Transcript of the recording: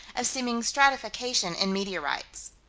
of seeming stratification in meteorites.